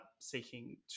seeking